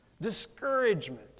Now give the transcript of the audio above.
discouragement